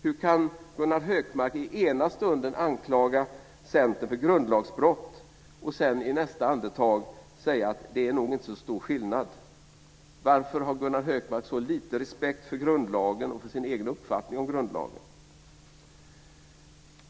Hur kan Gunnar Hökmark i ena stunden anklaga Centern för grundlagsbrott och i nästa andetag säga att det nog inte är så stor skillnad? Varför har Gunnar Hökmark så lite respekt för grundlagen och för sin egen uppfattning om grundlagen?